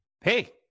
Hey